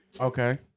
Okay